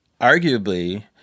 Arguably